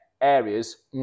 areas